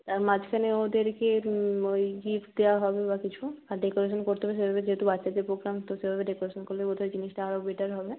আর মাঝখানে ওদেরকে ওই গিফট দেওয়া হবে বা কিছু আর ডেকোরেশান করতে হবে যেহেতু বাচ্চাদের পোগ্রাম তো সেভাবে ডেকোরেশন করলে বোধ হয় জিনিসটা আরও বেটার হবে